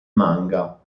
manga